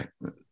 right